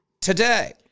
today